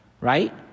right